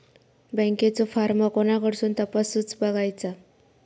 बँकेचो फार्म कोणाकडसून तपासूच बगायचा?